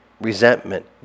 resentment